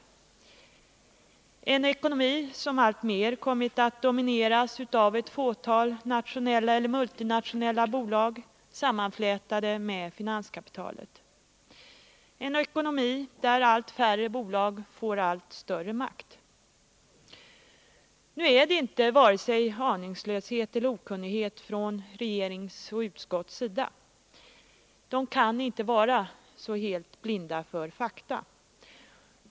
Det är en ekonomi som alltmer kommit att domineras av ett fåtal nationella eller multinationella bolag, sammanflätade med finanskapitalet, en ekonomi där allt färre bolag får allt större makt. Nu är det inte vare sig aningslöshet eller okunnighet från regeringens och utskottets sida. De kan inte ha varit så helt blinda för fakta.